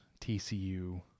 TCU